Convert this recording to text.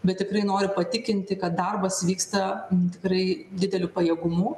bet tikrai noriu patikinti kad darbas vyksta tikrai dideliu pajėgumu